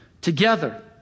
together